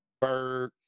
Bird